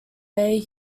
bay